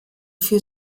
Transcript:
für